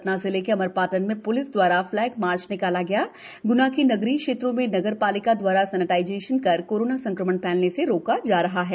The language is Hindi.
सतना जिले के अमरपाटन में प्लिस द्वारा फ्लैग मार्च निकाला गया ग्ना के नगरीय क्षेत्रों में नगर पालिका द्वारा सैनिटाइजेशन कर कोरोना संक्रमण फैलने से रोका जा रहा है